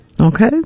Okay